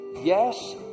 yes